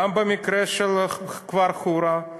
גם במקרה של כפר חורה,